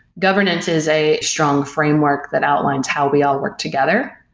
governance is a strong framework that outlines how we all work together.